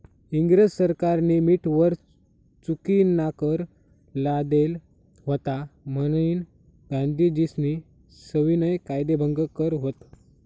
इंग्रज सरकारनी मीठवर चुकीनाकर लादेल व्हता म्हनीन गांधीजीस्नी सविनय कायदेभंग कर व्हत